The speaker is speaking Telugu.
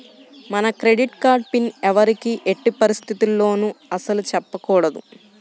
మన క్రెడిట్ కార్డు పిన్ ఎవ్వరికీ ఎట్టి పరిస్థితుల్లోనూ అస్సలు చెప్పకూడదు